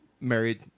married